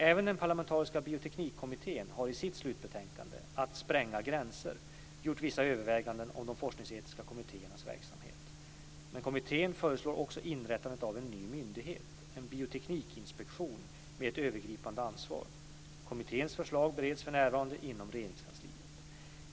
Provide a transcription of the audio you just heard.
Även den parlamentariska Bioteknikkommittén har i sitt slutbetänkande Att spränga gränser, , gjort vissa överväganden om de forskningsetiska kommittéernas verksamhet. Men kommittén föreslår också inrättandet av en ny myndighet, en bioteknikinspektion med ett övergripande ansvar. Kommitténs förslag bereds för närvarande inom Regeringskansliet.